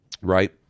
Right